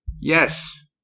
Yes